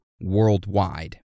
worldwide